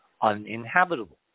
uninhabitable